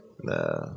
nah